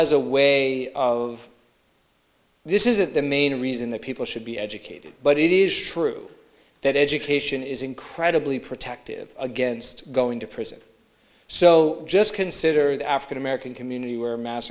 as a way of this isn't the main reason that people should be educated but it is true that education is incredibly protective against going to prison so just consider the african american